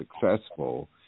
successful